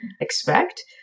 expect